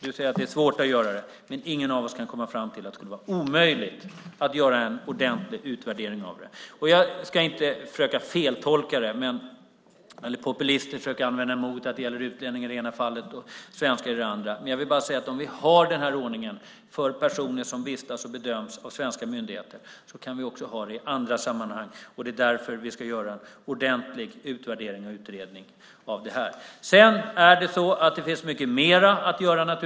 Du säger att det är svårt att göra det, men ingen av oss kan komma fram till att det skulle vara omöjligt att göra en ordentlig utvärdering. Jag ska inte försöka göra en feltolkning eller populistiskt försöka använda det emot dig genom att säga att det gäller utlänningar i det ena fallet och svenskar i det andra. Jag vill bara säga att om vi har den här ordningen för personer som vistas här och bedöms av svenska myndigheter, kan vi också ha den i andra sammanhang. Det är därför vi ska göra en ordentlig utvärdering och utredning av det här. Sedan finns det naturligtvis mycket mer att göra.